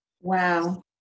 Wow